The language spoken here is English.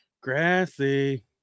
Grassy